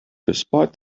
despite